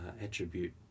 attribute